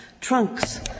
trunks